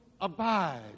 Abide